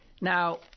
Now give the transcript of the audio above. Now